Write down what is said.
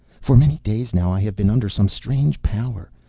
for many days now i have been under some strange power.